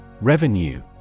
Revenue